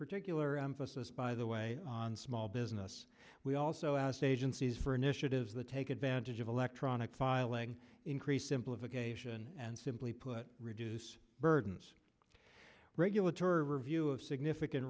particular emphasis by the way on small business we also asked agencies initiatives the take advantage of electronic filing increase simplification and simply put reduce burdens regulatory review of significant